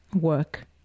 work